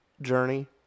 journey